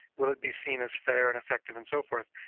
will it be seen as fair and effective? and so forth.